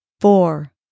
Four